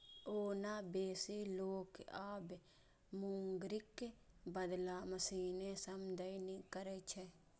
ओना बेसी लोक आब मूंगरीक बदला मशीने सं दौनी करै छै